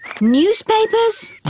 Newspapers